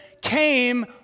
came